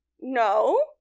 no